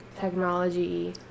technology